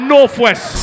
Northwest